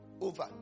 over